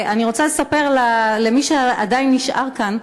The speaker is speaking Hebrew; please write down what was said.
אני רוצה לספר למי שעדיין נשאר כאן,